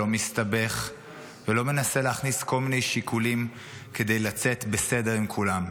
לא מסתבך ולא מנסה להכניס כל מיני שיקולים כדי לצאת בסדר עם כולם.